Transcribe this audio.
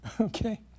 Okay